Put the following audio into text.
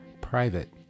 private